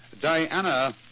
Diana